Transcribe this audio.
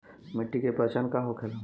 मिट्टी के पहचान का होखे ला?